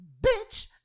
bitch